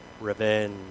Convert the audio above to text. Revenge